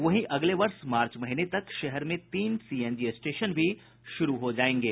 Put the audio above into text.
वहीं अगले वर्ष मार्च महीने तक शहर में तीन सीएनजी स्टेशन भी शुरू हो जायेंगे